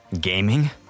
Gaming